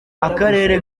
akarere